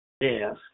Yes